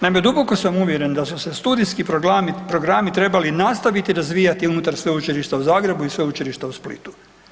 Naime, duboko sam uvjeren da su se studijski programi trebali nastaviti razvijati unutar Sveučilišta u Zagrebu i Sveučilišta u Splitu.